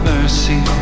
Mercy